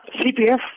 CPF